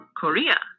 Korea